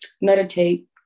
meditate